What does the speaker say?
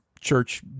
Church